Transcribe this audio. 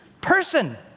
person